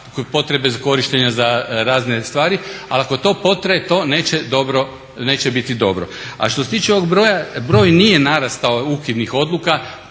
potrebe za korištenja za razne stvari, ali ako to potraje to neće biti dobro. A što se tiče ovog broja, broj nije narastao ukinutih odluka